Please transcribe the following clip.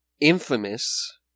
infamous